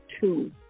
two